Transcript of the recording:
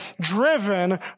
driven